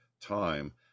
time